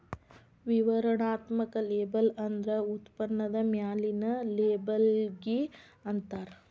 ವಿವರಣಾತ್ಮಕ ಲೇಬಲ್ ಅಂದ್ರ ಉತ್ಪನ್ನದ ಮ್ಯಾಲಿನ್ ಲೇಬಲ್ಲಿಗಿ ಅಂತಾರ